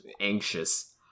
anxious